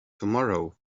tomorrow